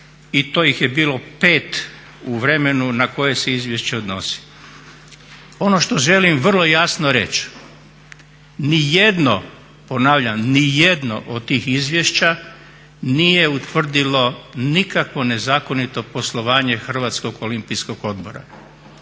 i to ih je bilo pet u vremenu na koje se izvješće odnosi. Ono što želim vrlo jasno reći, nijedno, ponavljam nijedno od tih izvješća nije utvrdilo nikakvo nezakonito poslovanje Hrvatskog olimpijskog odbora.